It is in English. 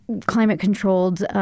climate-controlled